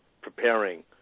preparing